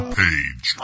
page